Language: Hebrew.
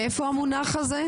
מאיפה המונח הזה?